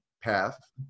path